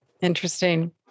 Interesting